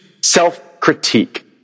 self-critique